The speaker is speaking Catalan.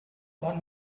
bon